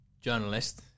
journalist